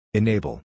Enable